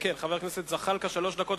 חבר הכנסת זחאלקה, שלוש דקות.